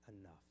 enough